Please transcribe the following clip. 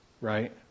Right